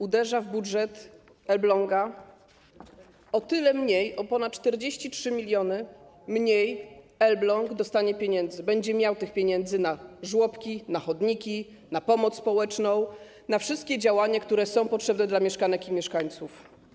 Uderza w budżet Elbląga - o tyle mniej, o ponad 43 mln mniej, Elbląg dostanie pieniędzy, będzie miał pieniędzy na żłobki, na chodniki, na pomoc społeczną, na wszystkie działania, które są potrzebne dla mieszkanek i mieszkańców.